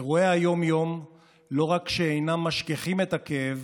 אירועי היום-יום לא רק שאינם משכיחים את הכאב,